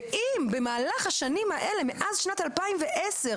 ואם במהלך השנים האלה מאז שנת 2010,